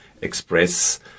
express